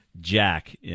Jack